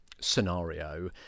scenario